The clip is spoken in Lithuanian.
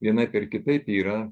vienaip ar kitaip yra